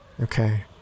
Okay